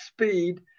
speed